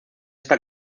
esta